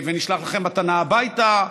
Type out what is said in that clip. ונשלח לכם מתנה הביתה,